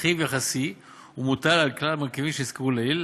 רכיב יחסי המוטל על כלל המרכיבים שהוזכרו לעיל.